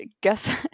guess